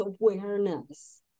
awareness